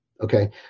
okay